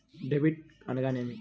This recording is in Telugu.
డెబిట్ అనగానేమి?